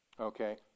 Okay